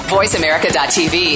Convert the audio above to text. VoiceAmerica.tv